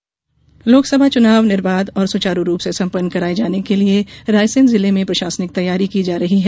चुनाव तैयारी लोकसभा चुनाव निर्बाध और सुचारू रूप से संपन्न कराये जाने के लिये रायसेन जिले में प्रशासनिक तैयारी की जा रही है